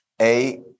A-